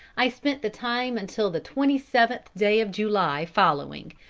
i spent the time until the twenty-seventh day of july following,